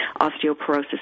osteoporosis